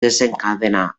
desencadenar